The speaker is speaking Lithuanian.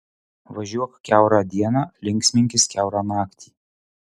važiuok kiaurą dieną linksminkis kiaurą naktį